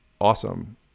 awesome